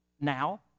now